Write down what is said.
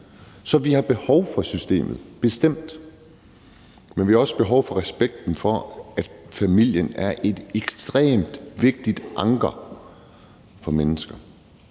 Så vi har behov for systemet. Det har vi bestemt. Men vi har også behov for respekten for, at familien er et ekstremt vigtigt anker for mennesker.